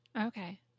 Okay